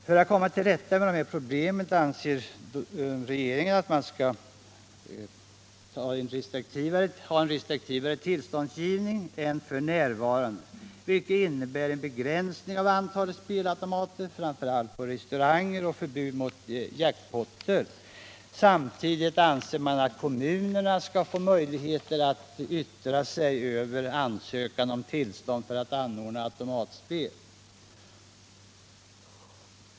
För att komma till rätta med de här problemen anser regeringen att man skall tillämpa en restriktivare tillståndsgivning än f. n., vilket innebär en begränsning av antalet spelautomater, framför allt på restauranger, samt förbud mot s.k. jackpot. Vidare anser regeringen att kommunerna bör få möjligheter att yttra sig över ansökningar om tillstånd att anordna automatspel.